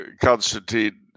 Constantine